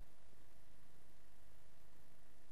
ראש